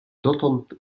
dotąd